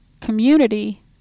community